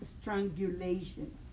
strangulation